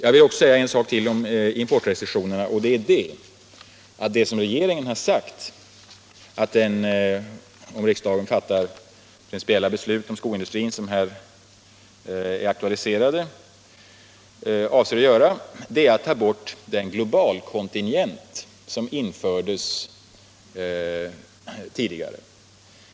När det gäller importrestriktionerna vill jag peka på en sak till, och det är att vad regeringen, om riksdagen fattar de principiella beslut om skoindustrin som här är aktualiserade, avser att göra är att ta bort den globalkontingent som infördes tidigare.